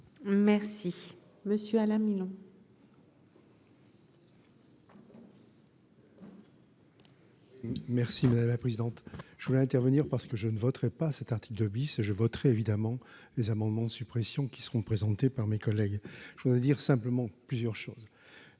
merci monsieur Alain Milon. Merci madame la présidente, je voulais intervenir parce que je ne voterai pas cet article 2 bis et je voterai évidemment les amendements de suppression qui seront présentées par mes collègues, je voudrais dire simplement plusieurs choses